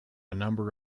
number